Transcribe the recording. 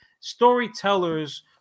storytellers